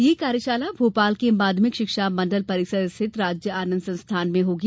यह कार्यशाला भोपाल के माध्यमिक शिक्षा मंडल परिसर स्थित राज्य आनंद संस्थान में होगी